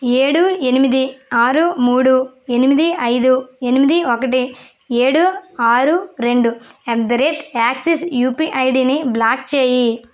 ఏడు ఎనిమిది ఆరు మూడు ఎనిమిది ఐదు ఎనిమిది ఒక్కటి ఏడు ఆరు రెండు at the date Axis UPI ఐడిని బ్లాక్ చేయి